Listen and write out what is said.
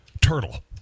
turtle